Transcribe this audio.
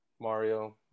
Mario